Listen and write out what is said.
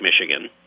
Michigan